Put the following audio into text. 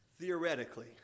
theoretically